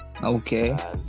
Okay